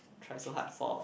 try so hard for